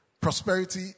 Prosperity